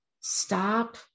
Stop